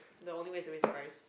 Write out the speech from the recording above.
the only way is to raise price